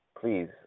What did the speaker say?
please